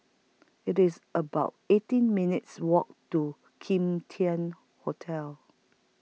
IT IS about eighteen minutes' Walk to Kim Tian Hotel